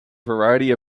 variety